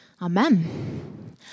Amen